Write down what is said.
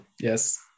Yes